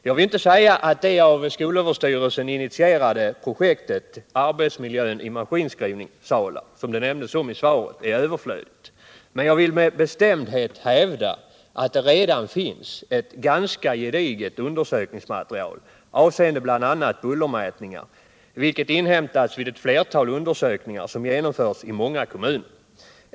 Jag vill inte säga att det av skolöverstyrelsen initierade projektet Arbetsmiljön i maskinskrivningssalar, som nämndes i svaret, är överflödigt, men jag vill med bestämdhet hävda att det redan finns ett ganska gediget undersökningsmaterial med bl.a. bullermätningar som genomförts vid ett flertal undersökningar i många kommuner.